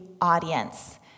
audience